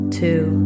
two